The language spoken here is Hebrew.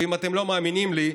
ואם אתם לא מאמינים לי,